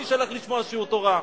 מי שהלך לשמוע שיעור תורה.